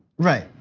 right.